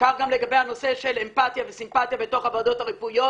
כך גם לגבי הנושא של אמפתיה וסימפתיה בוועדות רפואיות,